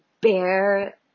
bear